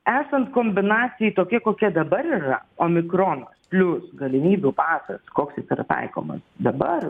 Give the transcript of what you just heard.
esant kombinacijai tokiai kokia dabar yra omikrono plius galimybių pasas koks jis yra taikomas dabar